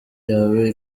yawe